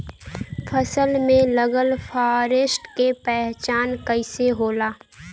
फसल में लगल फारेस्ट के पहचान कइसे होला?